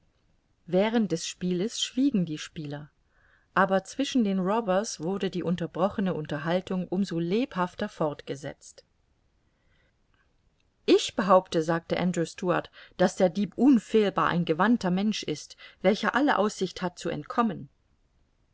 während des spieles schwiegen die spieler aber zwischen den robbers wurde die unterbrochene unterhaltung um so lebhafter fortgesetzt ich behaupte sagte andrew stuart daß der dieb unfehlbar ein gewandter mensch ist welcher alle aussicht hat zu entkommen